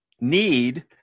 need